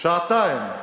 שעתיים.